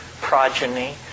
progeny